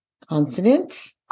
Consonant